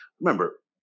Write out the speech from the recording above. remember